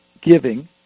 giving